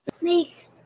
Make